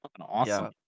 awesome